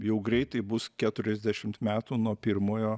jau greitai bus keturiasdešimt metų nuo pirmojo